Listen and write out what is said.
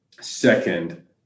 Second